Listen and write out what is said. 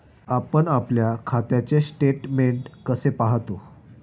आपण आपल्या खात्याचे स्टेटमेंट कसे पाहतो?